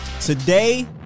Today